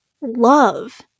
love